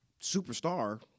superstar